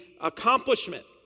accomplishment